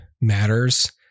matters